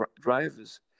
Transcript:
drivers